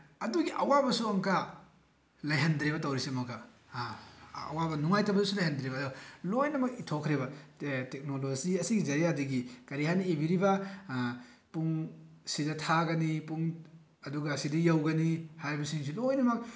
ꯑꯗꯨꯒꯤ ꯑꯋꯥꯕꯁꯨ ꯑꯃꯨꯛꯀ ꯂꯩꯍꯟꯗ꯭ꯔꯦꯕ ꯇꯧꯔꯤꯁꯦ ꯑꯃꯨꯛꯀ ꯍꯥ ꯑꯋꯥꯕ ꯅꯨꯡꯉꯥꯏꯇꯕꯁꯨ ꯂꯩꯍꯟꯗ꯭ꯔꯦꯕ ꯑꯗꯣ ꯂꯣꯏꯅꯃꯛ ꯏꯊꯣꯛꯈ꯭ꯔꯦꯕ ꯇꯦꯛꯅꯣꯂꯣꯖꯤ ꯑꯁꯤꯒꯤ ꯖꯌꯥꯗꯒꯤ ꯀꯔꯤ ꯍꯥꯏꯅ ꯏꯕꯤꯔꯤꯕ ꯄꯨꯡ ꯁꯤꯗ ꯊꯥꯒꯅꯤ ꯄꯨꯡ ꯑꯗꯨꯒ ꯁꯤꯗ ꯌꯧꯒꯅꯤ ꯍꯥꯏꯕꯁꯤꯡꯁꯤ ꯂꯣꯏꯅꯃꯛ